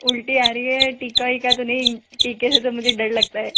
उल्टी आ रही है टीका विका तो नहीं टीके से तो मुझे डर लगता है